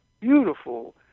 beautiful